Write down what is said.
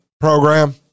program